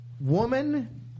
woman